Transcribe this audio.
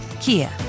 Kia